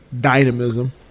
dynamism